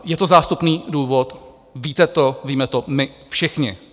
Je to zástupný důvod, víte to, víme to my všichni.